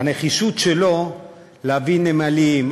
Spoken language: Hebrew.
הנחישות שלו להביא נמלים,